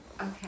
Okay